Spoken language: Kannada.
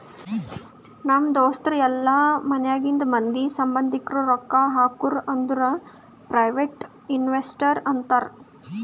ನಮ್ ದೋಸ್ತರು ಇಲ್ಲಾ ಮನ್ಯಾಗಿಂದ್ ಮಂದಿ, ಸಂಭಂದಿಕ್ರು ರೊಕ್ಕಾ ಹಾಕುರ್ ಅಂದುರ್ ಪ್ರೈವೇಟ್ ಇನ್ವೆಸ್ಟರ್ ಅಂತಾರ್